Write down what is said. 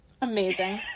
Amazing